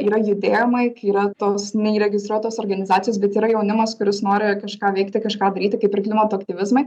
yra judėjimai kai yra tos neįregistruotos organizacijos bet yra jaunimas kuris nori kažką veikti kažką daryti kaip ir klimato aktyvizmai